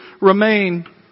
remain